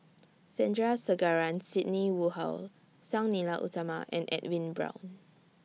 Sandrasegaran Sidney Woodhull Sang Nila Utama and Edwin Brown